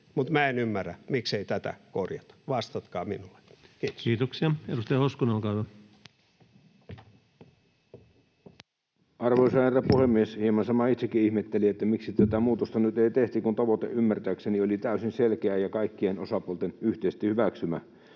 mutta minä en ymmärrä, miksei tätä korjata. Vastatkaa minulle. — Kiitos. Kiitoksia. — Edustaja Hoskonen, olkaa hyvä. Arvoisa herra puhemies! Hieman samaa itsekin ihmettelin, miksi tätä muutosta nyt ei tehty, kun tavoite ymmärtääkseni oli täysin selkeä ja kaikkien osapuolten yhteisesti hyväksymä.